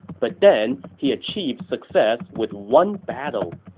but then he achieved success with one battle.